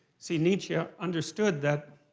see, nietzsche ah understood that,